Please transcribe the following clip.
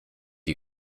you